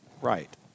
right